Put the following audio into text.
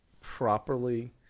properly